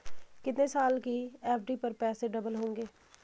कितने साल की एफ.डी पर पैसे डबल होंगे?